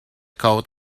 coat